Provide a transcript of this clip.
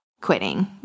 quitting